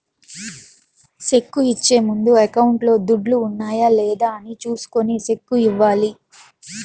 cheque ఇచ్చే ముందు అకౌంట్లో దుడ్లు ఉన్నాయా లేదా అని చూసుకొని సెక్కు ఇవ్వాలి